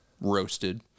roasted